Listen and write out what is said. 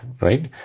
right